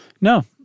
No